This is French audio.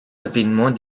rapidement